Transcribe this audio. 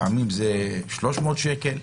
לפעמים גובה הקנס הוא 300 שקל.